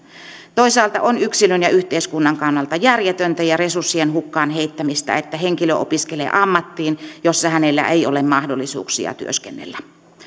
toisaalta on yksilön ja yhteiskunnan kannalta järjetöntä ja resurssien hukkaan heittämistä että henkilö opiskelee ammattiin jossa hänellä ei ole mahdollisuuksia työskennellä